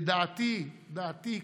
ודעתי, דעתי קצרה.